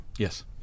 Yes